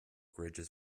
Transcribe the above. ridges